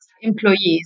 employees